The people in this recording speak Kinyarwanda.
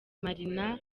marina